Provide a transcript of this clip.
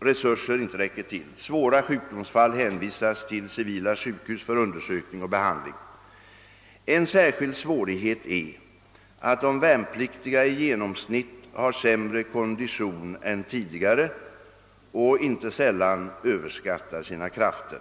resurser inte räcker till. Svåra sjukdomsfall hänvisas till civila sjukhus för undersökning och behandling. En särskild svårighet är att de värnpliktiga i genomsnitt har sämre kondition än tidigare och inte sällan överskattar sina krafter.